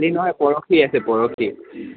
কি নহয় পৰশি আছে পৰশি